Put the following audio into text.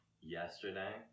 yesterday